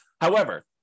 However-